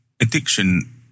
addiction